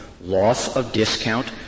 loss-of-discount